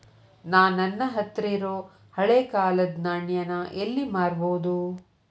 ನಾ ನನ್ನ ಹತ್ರಿರೊ ಹಳೆ ಕಾಲದ್ ನಾಣ್ಯ ನ ಎಲ್ಲಿ ಮಾರ್ಬೊದು?